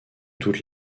toute